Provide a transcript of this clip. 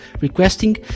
requesting